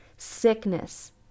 sickness